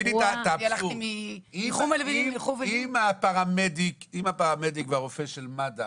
אם הפרמדיק או הרופא של מד"א